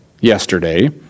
yesterday